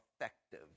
effective